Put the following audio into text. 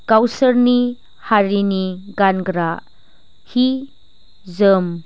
गावसोरनि हारिनि गानग्रा सि जोम